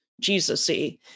Jesus-y